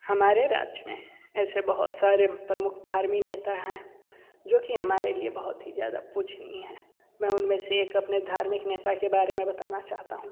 हमारे राज्य में ऐसे बहुत सारे प्रमुख धार्मीक नेता हैं जो कि हमारे लिए बहुत ही ज़्यादा पूजनीय हैं मैं उन में से एक अपने धार्मिक नेता के बारे में बताना चाहता हूँ